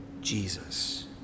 Jesus